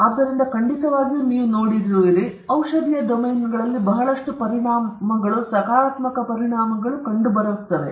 ಆದ್ದರಿಂದ ಖಂಡಿತವಾಗಿಯೂ ನೀವು ನೋಡಬಹುದು ಔಷಧದ ಡೊಮೇನ್ನಲ್ಲಿ ಬಹಳಷ್ಟು ಪರಿಣಾಮಗಳು ಸಕಾರಾತ್ಮಕ ಪರಿಣಾಮಗಳು ಕಂಡುಬರುತ್ತವೆ